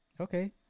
Okay